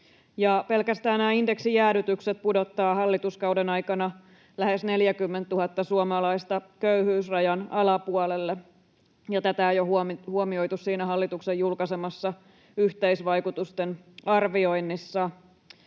Pelkästään nämä indeksijäädytykset pudottavat hallituskauden aikana lähes 40 000 suomalaista köyhyysrajan alapuolelle, ja tätä ei ole huomioitu siinä hallituksen julkaisemassa yhteisvaikutusten arvioinnissa.